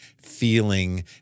feeling